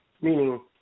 meaning